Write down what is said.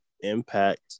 impact